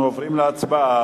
אנחנו עוברים להצבעה